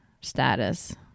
status